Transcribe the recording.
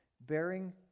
bearing